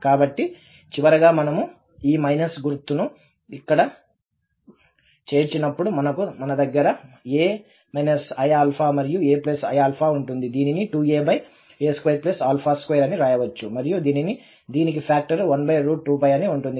కాబట్టి చివరగా మనము ఈ మైనస్ గుర్తును అక్కడ చేర్చినప్పుడు మన దగ్గర a iαమరియు aiα ఉంటుంది దీనిని 2aa22 అని వ్రాయవచ్చు మరియు దీనికి ఫాక్టర్ 12 అని ఉంటుంది